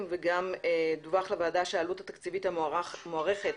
וגם דווח לוועדה שהעלות התקציבית המוערכת,